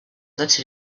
that